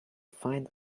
find